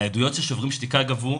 מהעדויות ש"שוברים שתיקה" גבו,